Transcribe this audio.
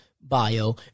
bio